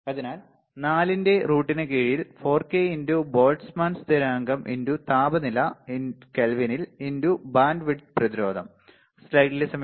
അതിനാൽ 4 ന്റെ റൂട്ടിന് കീഴിൽ 4k x ബോൾട്ട്സ്മാൻ സ്ഥിരാംഗം x താപനില Kelvinൽ x ബാൻഡ്വിഡ്ത്ത് പ്രതിരോധം